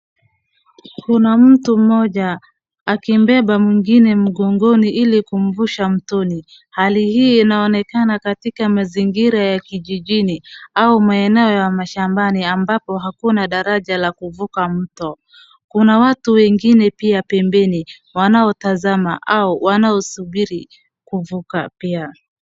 Kuna mtu mmoja akimbeba mwingine mgongoni ili kumvusha mtoni, hali hii inaonekana katika mazingira ya kijijini au maeneo ya mashambani ambapo hakuna daraja la kuvuka mto. Kuna watu wengine pia pembeni wanaotazama au wanaosubiri kuvuka pia.